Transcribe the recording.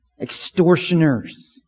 Extortioners